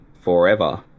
forever